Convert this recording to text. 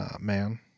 man